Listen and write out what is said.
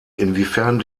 inwiefern